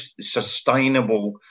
sustainable